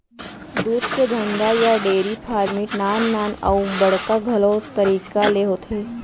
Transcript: दूद के धंधा या डेरी फार्मिट नान नान अउ बड़का घलौ तरीका ले होथे